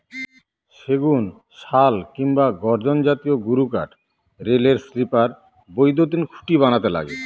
সেগুন, শাল কিংবা গর্জন জাতীয় গুরুকাঠ রেলের স্লিপার, বৈদ্যুতিন খুঁটি বানাতে লাগে